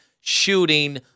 shooting